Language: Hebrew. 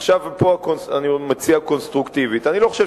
עכשיו אני מציע קונסטרוקטיבית: אני לא חושב